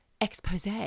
expose